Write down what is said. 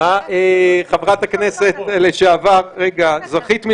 הכנסת צריך לאסוף את כל